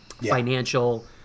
financial